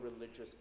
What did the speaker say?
religious